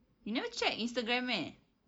you never check instagram meh